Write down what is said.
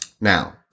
Now